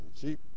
cheap